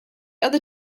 other